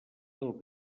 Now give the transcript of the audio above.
del